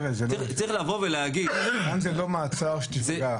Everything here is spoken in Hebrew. לא מעצר שתפגע,